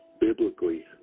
Biblically